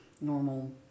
normal